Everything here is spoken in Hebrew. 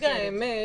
ברגע האמת